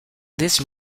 this